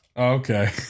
Okay